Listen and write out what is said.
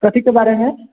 कथीके बारे मे